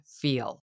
feel